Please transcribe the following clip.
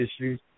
issues